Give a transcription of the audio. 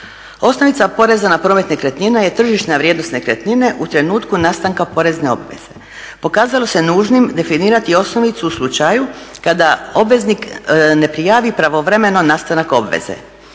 Osnovica poreza na promet nekretnina je tržišna vrijednost nekretnine u trenutku nastanka porezne obveze. Pokazalo se nužnim definirati osnovicu u slučaju kada obveznik ne prijavi pravovremeno nastanak obveze.